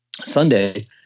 Sunday